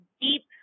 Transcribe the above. deep